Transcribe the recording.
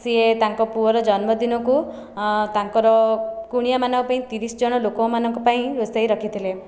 ସିଏ ତାଙ୍କ ପୁଅର ଜନ୍ମଦିନକୁ ତାଙ୍କର କୁଣିଆମାନଙ୍କ ପାଇଁ ତିରିଶ ଜଣ ଲୋକମାନଙ୍କ ପାଇଁ ରୋଷେଇ ରଖିଥିଲେ